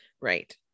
Right